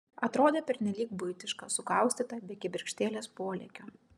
atrodė pernelyg buitiška sukaustyta be kibirkštėlės polėkio